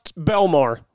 Belmar